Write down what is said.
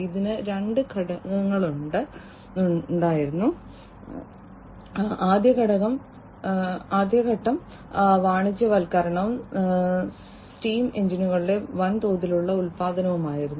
ഇതിന് രണ്ട് ഘട്ടങ്ങളുണ്ടായിരുന്നു ആദ്യ ഘട്ടം വാണിജ്യവൽക്കരണവും സ്റ്റീം എഞ്ചിനുകളുടെ വൻതോതിലുള്ള ഉൽപാദനവുമായിരുന്നു